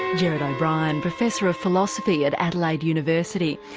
gerard o'brien, professor of philosophy at adelaide university.